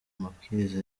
amabwiriza